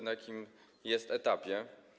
Na jakim jest etapie?